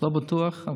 לא בטוח.